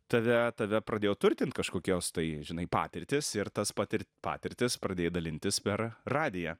tave tave pradėjo turtint kažkokios tai žinai patirtys ir tas patir patirtys pradėjai dalintis per radiją